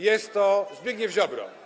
Jest to Zbigniew Ziobro.